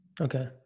Okay